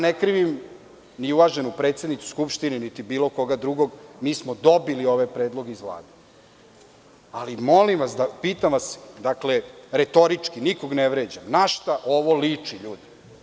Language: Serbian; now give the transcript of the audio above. Ne krivim ni uvaženu predsednicu Skupštine, niti bilo koga drugog, mi smo dobili ove predloge iz Vlade, ali molim vas, pitam vas retorički, nikoga ne vređam, na šta ovo liči, ljudi?